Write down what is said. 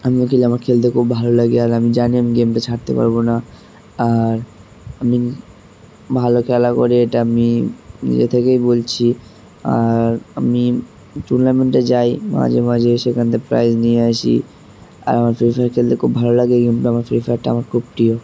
আমার খেলতে খুব ভালো লাগে আর আমি জানি আমি গেমটা ছাড়তে পারবো না আর আমি ভালো খেলা করে এটা আমি নিজে থেকেই বলছি আর আমি টুর্নামেন্টে যাই মাঝে মাঝে সেখান থেকে প্রাইজ নিয়ে আসি আর আমার ফ্রি ফায়ার খেলতে খুব ভালো লাগে এই গেমটা আমার ফ্রি ফায়ারটা আমার খুব প্রিয়